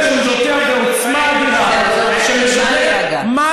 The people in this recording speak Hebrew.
אז מה?